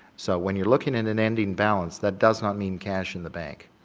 so, when you're looking at an ending balance that does not mean cash in the bank.